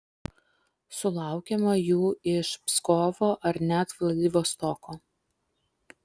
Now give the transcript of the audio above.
sulaukiama jų iš pskovo ar net vladivostoko